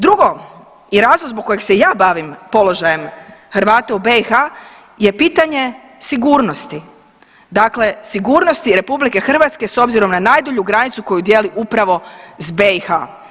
Drugo i razlog zbog kojeg se ja bavim položajem Hrvata u BiH je pitanje sigurnosti, dakle sigurnosti RH s obzirom na najdulju granicu koju dijeli upravo s BiH.